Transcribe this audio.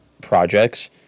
projects